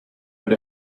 but